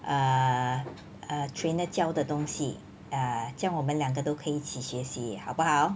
err err trainer 教的东西 err 叫我们两个都可以一起学习好不好